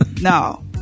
no